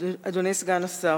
אדוני סגן השר,